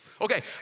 Okay